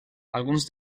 alguns